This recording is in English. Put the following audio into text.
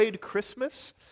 Christmas